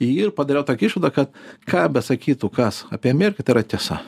ir padariau tokią išvadą kad ką besakytų kas apie ameriką tai yra tiesa